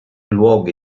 luoghi